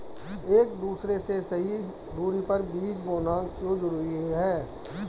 एक दूसरे से सही दूरी पर बीज बोना क्यों जरूरी है?